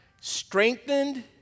strengthened